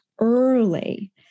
early